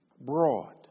broad